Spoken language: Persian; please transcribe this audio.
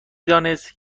دانست